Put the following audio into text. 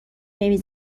نمی